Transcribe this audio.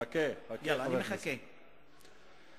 חכה, חבר הכנסת גנאים.